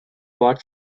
bought